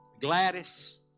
Gladys